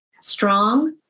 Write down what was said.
strong